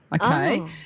okay